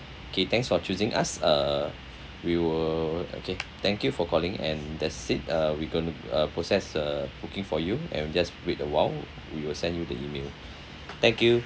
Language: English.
okay thanks for choosing us uh we will okay thank you for calling and that's it uh we gonna uh process the booking for you and you just wait awhile we will send you the email thank you